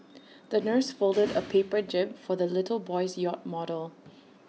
the nurse folded A paper jib for the little boy's yacht model